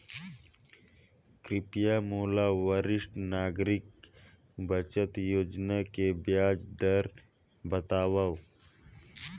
कृपया मोला वरिष्ठ नागरिक बचत योजना के ब्याज दर बतावव